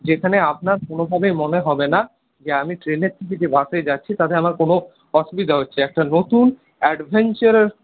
যেখানে আপনার কোনোভাবে মনে হবে না যে আমি ট্রেনের টিকিটে বাসে যাচ্ছি তাতে আমার কোনো অসুবিধা হচ্ছে একটা নতুন অ্যাডভেঞ্চারাস